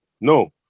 No